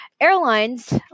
airlines